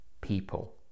people